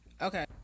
Okay